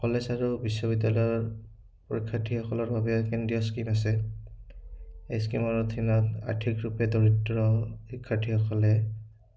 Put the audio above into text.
college আৰু বিশ্ববিদ্যালয়ৰ পৰীক্ষাৰ্থীসকলৰ বাবে কেন্দ্ৰীয় স্কীম আছে এই স্কীমৰ অধীনত আৰ্থিক ৰূপে দৰিদ্ৰ শিক্ষাৰ্থীসকলে